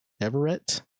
Everett